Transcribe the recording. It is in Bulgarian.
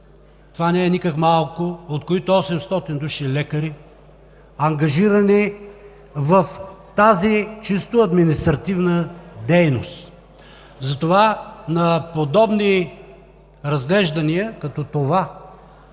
това не е никак малко, от които 800 души са лекари, ангажирани в тази чисто административна дейност. Затова на подобни разглеждания като това